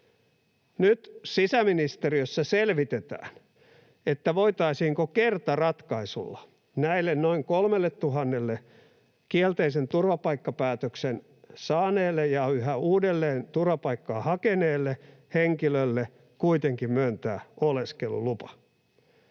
Nyt sisäministeriössä selvitetään, voitaisiinko kertaratkaisulla näille noin 3 000:lle kielteisen turvapaikkapäätöksen saaneelle ja yhä uudelleen turvapaikkaa hakeneelle henkilölle kuitenkin myöntää oleskelulupa.